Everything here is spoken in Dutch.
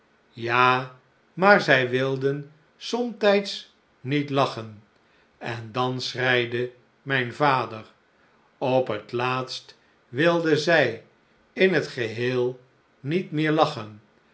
ja maar zij wilden somtijds niet lachen en dan schreide mijn vader op het laatst wilden zij in t geheel niet meer lachen